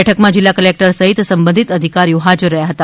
બેઠકમાં જીલ્લા કલેકટર સહિત સંબંધિત અધિકારીઓ હાજર રહ્યા હતા